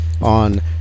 on